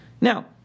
Now